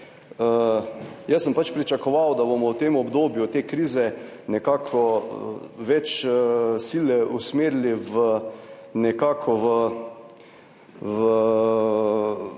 Jaz sem pač pričakoval, da bomo v tem obdobju te krize nekako več sile usmerili **30.